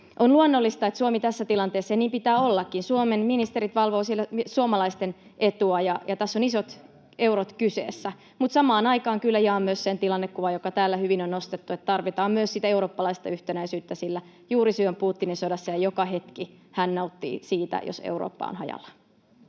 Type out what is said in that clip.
On luonnollista, että tässä tilanteessa Suomi ja — niin pitää ollakin — Suomen ministerit valvovat siellä suomalaisten etua. Tässä ovat isot eurot kyseessä. Mutta samaan aikaan kyllä jaan myös sen tilannekuvan, joka täällä hyvin on nostettu, että tarvitaan myös sitä eurooppalaista yhtenäisyyttä, sillä juurisyy on Putinin sodassa ja joka hetki hän nauttii siitä, jos Eurooppa on hajallaan.